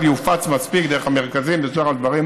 יופץ מספיק דרך המרכזים ושאר הדברים,